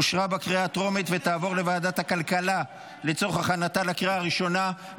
אושרה בקריאה הטרומית ותעבור לוועדת הכלכלה לצורך הכנתה לקריאה הראשונה.